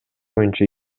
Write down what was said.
боюнча